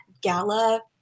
Gala